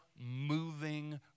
moving